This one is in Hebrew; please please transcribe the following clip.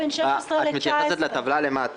מי נגד, מי נמנע?